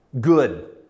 good